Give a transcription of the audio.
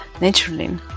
naturally